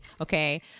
okay